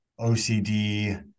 OCD